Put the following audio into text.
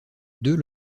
deux